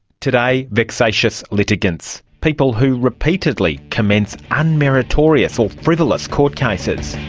today, vexatious litigants, people who repeatedly commence unmeritorious or frivolous court cases.